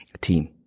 team